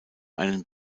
einen